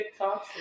TikToks